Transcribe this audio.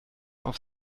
auf